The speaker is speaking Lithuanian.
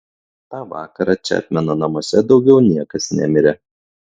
tą vakarą čepmeno namuose daugiau niekas nemirė